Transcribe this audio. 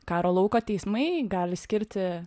karo lauko teismai gali skirti